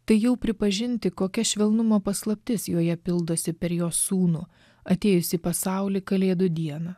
tai jau pripažinti kokia švelnumo paslaptis joje pildosi per jos sūnų atėjusį į pasaulį kalėdų dieną